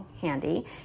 handy